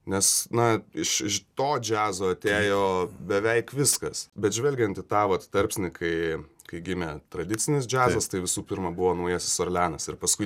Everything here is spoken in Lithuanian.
nes na iš iš to džiazo atėjo beveik viskas bet žvelgiant į tą vat tarpsnį kai kai gimė tradicinis džiazas tai visų pirma buvo naujasis orleanas ir paskui